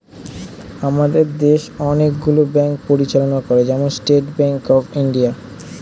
আমাদের দেশ অনেক গুলো ব্যাঙ্ক পরিচালনা করে, যেমন স্টেট ব্যাঙ্ক অফ ইন্ডিয়া